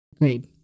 Great